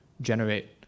generate